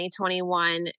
2021